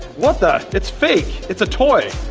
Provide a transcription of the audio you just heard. what the? it's fake! it's a toy!